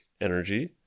energy